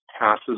passes